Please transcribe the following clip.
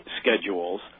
schedules